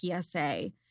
PSA